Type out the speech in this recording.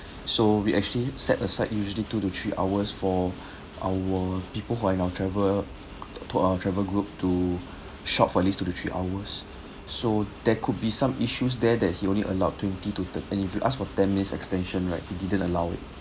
so we actually set aside usually two to three hours for our people who are in our travel to our travel group to shop for at least two to three hours so there could be some issues there that he only allowed twenty to th~ and if you ask for ten minutes extension right he didn't allow it